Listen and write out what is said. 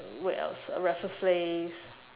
where else uh raffles place